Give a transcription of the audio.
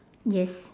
yes